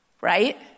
right